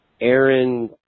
Aaron